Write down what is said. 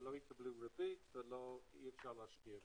לא יקבלו ריבית ואי אפשר להשקיע אותם.